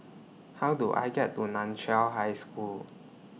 How Do I get to NAN Chiau High School